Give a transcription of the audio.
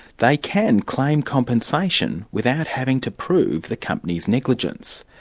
they can claim compensation without having to prove the company's negligence.